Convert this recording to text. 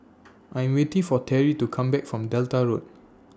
I Am waiting For Teri to Come Back from Delta Road